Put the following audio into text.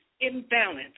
imbalance